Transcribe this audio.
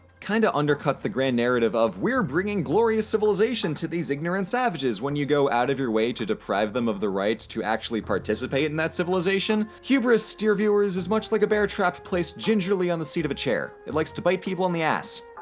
kind of undercuts the grand narrative of we're bringing glorious civilization to these ignorant savages! when you go out of your way to deprive them of the rights to actually participate in that civilisation. hubris, dear viewers, is much like a bear trap placed gingerly on the seat of a chair. it likes to bite people in the ass.